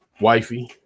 wifey